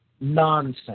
Nonsense